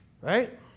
right